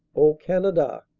o canada,